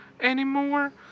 anymore